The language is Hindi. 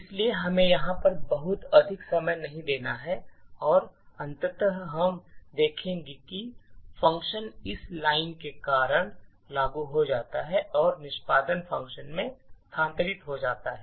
इसलिए हमें यहां पर बहुत अधिक समय नहीं देना है और अंततः हम देखेंगे कि फ़ंक्शन इस line के कारण लागू हो जाता है और निष्पादन फ़ंक्शन में स्थानांतरित हो जाता है